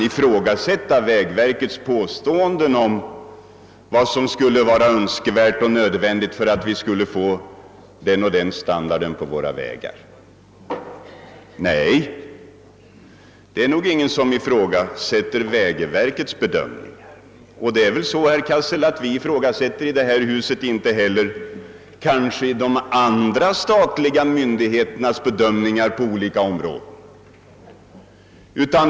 Inte heller, herr Cassel, ifrågasätter vi väl 1 detta hus de andra statliga myndigheternas bedömningar på olika områden.